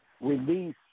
release